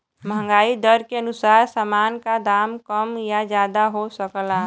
महंगाई दर के अनुसार सामान का दाम कम या ज्यादा हो सकला